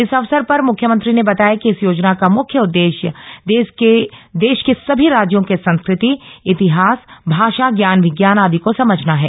इस अवसर पर मुख्यमंत्री ने बताया कि इस योजना का मुख्य उद्देश्य देश के सभी राज्यों की संस्कृति इतिहास भाषा ज्ञान विज्ञान ँआदि को समझना है